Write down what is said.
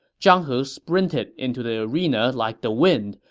zhang he sprinted into the arena like the wind,